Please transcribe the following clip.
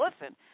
Listen